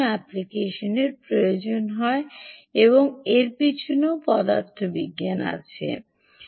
application প্রয়োজন হয় বা এটির পিছনে পদার্থবিজ্ঞানটিও সঠিক